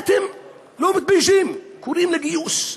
ואתם לא מתביישים, קוראים לגיוס,